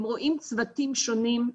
הם רואים צוותים שונים,